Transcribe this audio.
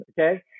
okay